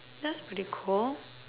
that's pretty cool